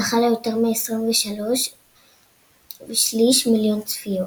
זכה ליותר מ-23.3 מיליון צפיות.